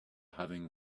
having